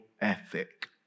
ethic